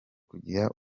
gukira